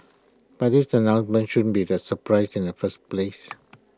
but this announcement shouldn't be A surprise in the first place